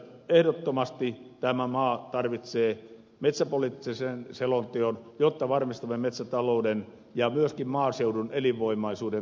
ehdottomasti tämä maa tarvitsee metsäpoliittisen selonteon jotta varmistamme metsätalouden ja myöskin maaseudun elinvoimaisuuden tältä osin